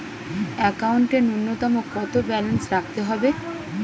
একাউন্টে নূন্যতম কত ব্যালেন্স রাখতে হবে?